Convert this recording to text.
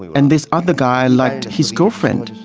and this other guy liked his girlfriend.